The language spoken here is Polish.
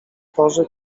porze